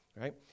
right